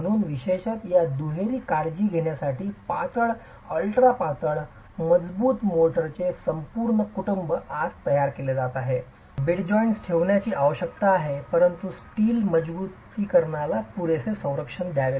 म्हणून विशेषत या दुहेरीची काळजी घेण्यासाठी पातळ अल्ट्रा पातळ मजबूत मोर्टारचे संपूर्ण कुटुंब आज तयार केले जात आहे जॉइन्ट्स ठेवण्याची आवश्यकता आहे परंतु स्टील मजबुतीकरणाला पुरेसे संरक्षण देणे